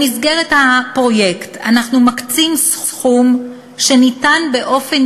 במסגרת הפרויקט אנחנו מקצים סכום שניתן באופן